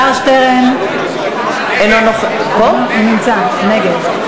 הוא נמצא, נגד.